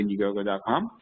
indiegogo.com